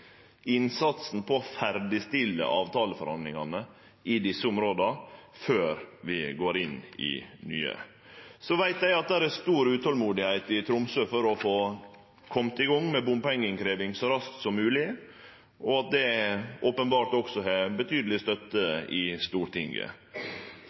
innsatsen på å ferdigstille avtaleforhandlingane i desse områda før vi går inn i nye. Eg veit at ein er svært utolmodig i Tromsø etter å kome i gong med bompengeinnkrevjing så raskt som mogeleg, og at det openbert òg har betydeleg støtte